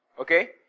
Okay